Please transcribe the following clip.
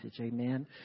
Amen